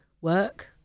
work